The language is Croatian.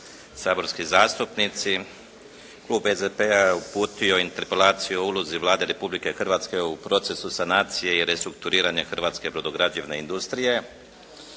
saborski zastupnici. Klub SDP-a je uputio interpelaciju o ulozi Vlade Republike Hrvatske u procesu sanacije i restrukturiranja hrvatske brodograđevne industrije.